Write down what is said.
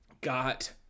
got